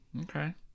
Okay